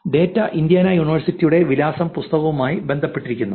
ഈ data Indiana യൂണിവേഴ്സിറ്റിയുടെ വിലാസ പുസ്തകവുമായി ബന്ധപ്പെട്ടിരിക്കുന്നു